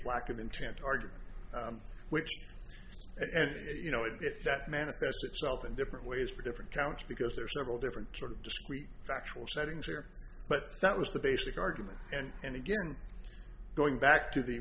of intent argument which and you know i get that manifests itself in different ways for different counts because there are several different sort of discrete factual settings here but that was the basic argument and and again going back to the